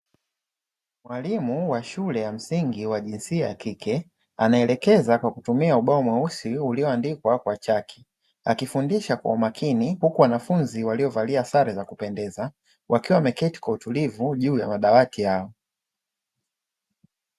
Mwalimu wa shule ya msingi wa jinsia ya kike, anaelekeza kwa kutumia ubao mweusi, ulioandikwa kwa chaki akifundisha kwa umakini huku wanafunzi waliovalia sare za kupendeza, wakiwa wameketi kwa utulivu juu ya madawati yao.